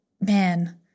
Man –